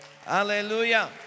Hallelujah